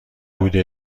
بوده